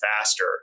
faster